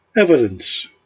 evidence